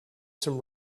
some